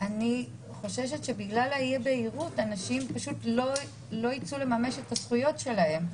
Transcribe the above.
אני חוששת שבגלל אי הבהירות אנשים פשוט לא ייצאו לממש את הזכויות שלהם.